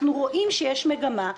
אנחנו רואים שיש מגמה.